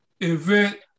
event